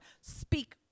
Speak